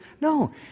no